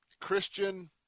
Christian